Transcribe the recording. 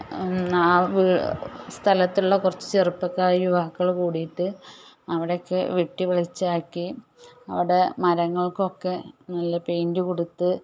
സ്ഥലത്തുള്ള കുറച്ച് ചെറുപ്പക്കാര് യുവാക്കള് കൂടിയിട്ട് അവിടെ വെട്ടി വെളിച്ചമാക്കി അവിടെ മരങ്ങൾക്കൊക്കെ നല്ല പെയിന്റ് കൊടുത്ത്